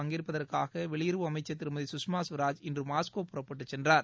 பங்கேற்பதற்காக வெளியுறவு அமைச்சர் திருமதி சுஷ்மா ஸ்வராஜ் இன்று மாஸ்கோ புறப்பட்டுச் சென்றார்